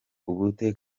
ubute